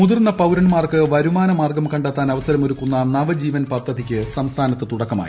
മുതിർന്ന പൌരന്മാർക്ക് വരുമാന മാർഗ്ഗം കണ്ടെത്താൻ ന് അവസരമൊരുക്കുന്ന നവജീവൻ പദ്ധതിക്ക് സംസ്ഥാനത്ത് തുടക്കമായി